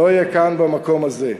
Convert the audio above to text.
לא יהיה כאן, במקום הזה.